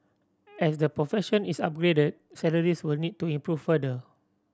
as the profession is upgraded salaries will need to improve further